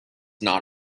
not